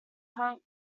hunt